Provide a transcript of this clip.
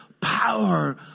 power